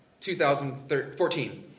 2014